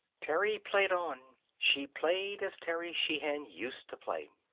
terry played on. she played as terry sheehan used to play.